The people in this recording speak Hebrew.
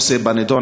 עושה בנדון,